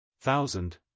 Thousand